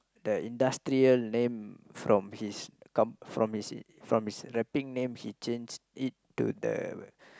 the industrial name from his from his from his rapping name he changed it to the